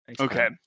Okay